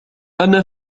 أنا